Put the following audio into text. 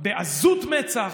בעזות מצח,